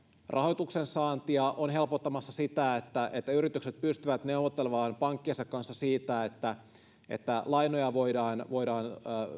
rahoituksen saantia on helpottamassa sitä että että yritykset pystyvät neuvottelemaan pankkiensa kanssa siitä että että lainoja voidaan voidaan